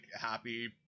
happy